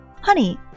Honey